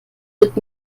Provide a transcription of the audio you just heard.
mit